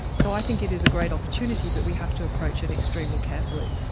so i think it is a great opportunity but we have to approach it extremely carefully.